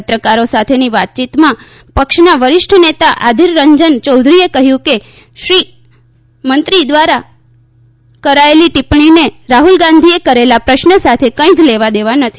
પત્રકારો સાથેની વાતયીનમાં પક્ષના વરિષ્ઠ નેતા આધીર રંજન ચૌધરી કહ્યુંકે મંત્રી દ્વારા કરાયેલી ટીપ્પણીને રાહ્લ ગાંધી એ કરેલા પ્રશ્ન સાથે કંઈ જ લેવા દેવા નથી